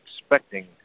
expecting